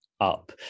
up